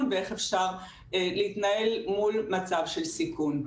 ואיך אפשר להתנהל מול מצב של סיכון.